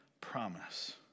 promise